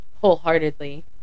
wholeheartedly